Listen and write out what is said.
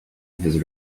his